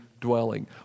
dwelling